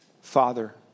Father